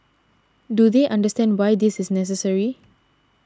do they understand why this is necessary